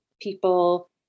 people